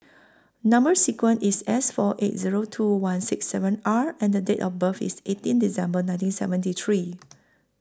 Number sequence IS S four eight Zero two one six seven R and Date of birth IS eighteen December nineteen seventy three